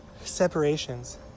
separations